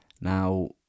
Now